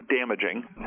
damaging